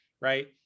right